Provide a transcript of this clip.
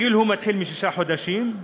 הגיל מתחיל משישה חודשים,